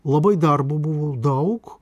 labai darbo buvo daug